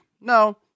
No